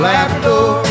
Labrador